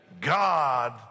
God